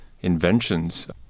inventions